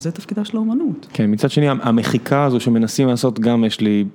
זה תפקידה של האומנות. כן, מצד שני המחיקה הזו שמנסים לעשות גם יש לי.